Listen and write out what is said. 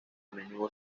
menudo